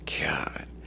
God